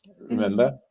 remember